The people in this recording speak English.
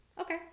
okay